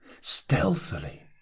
stealthily